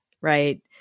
right